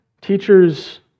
teachers